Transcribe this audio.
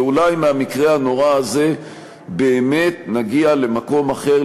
ואולי מהמקרה הנורא הזה באמת נגיע למקום אחר,